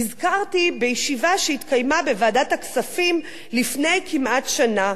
נזכרתי בישיבה שהתקיימה בוועדת הכספים לפני כמעט שנה,